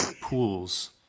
pools